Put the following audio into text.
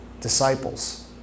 disciples